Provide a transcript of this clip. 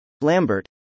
Lambert